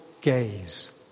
gaze